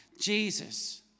Jesus